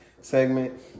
segment